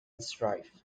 strive